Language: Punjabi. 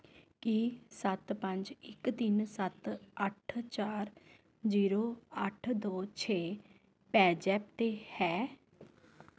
ਕੀ ਸੱਤ ਪੰਜ ਇੱਕ ਤਿੰਨ ਸੱਤ ਅੱਠ ਚਾਰ ਜੀਰੋ ਅੱਠ ਦੋ ਛੇ ਪੈਜ਼ੈਪ 'ਤੇ ਹੈ